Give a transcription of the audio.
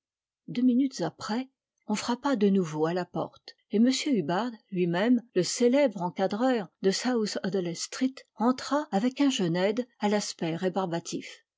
deux minutes après on frappa de nouveau à la porte et m hubbard lui-même le célèbre encadreur de south audley street entra avec un jeune aide à l'aspect rébarbatif